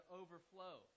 overflow